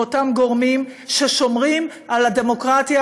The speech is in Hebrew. באותם גורמים ששומרים על הדמוקרטיה